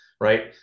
Right